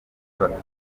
bafite